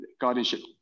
guardianship